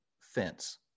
fence